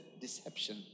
deception